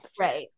right